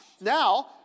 Now